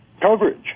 coverage